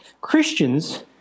Christians